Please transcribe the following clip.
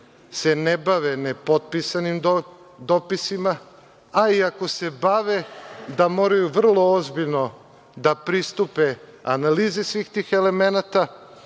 se ne bave nepotpisanim dopisima. A i ako se bave, da moraju vrlo ozbiljno da pristupe analizi svih tih elemenata,